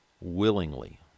willingly